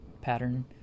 pattern